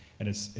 and it's,